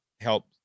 help